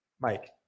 mike